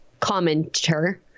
commenter